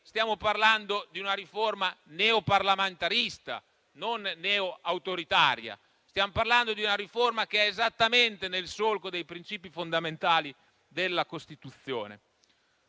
stiamo parlando di una riforma neo-parlamentarista, non neo-autoritaria. Stiamo parlando di una riforma che è esattamente nel solco dei principi fondamentali della Costituzione.